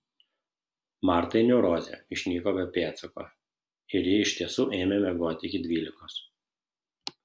martai neurozė išnyko be pėdsako ir ji iš tiesų ėmė miegoti iki dvyliktos